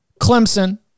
Clemson